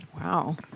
Wow